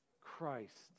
Christ